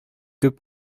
күп